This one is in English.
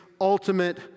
ultimate